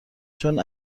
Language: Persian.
چون